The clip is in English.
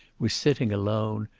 was sitting alone,